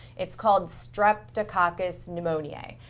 it's called streptococcus pneumoniae,